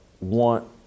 want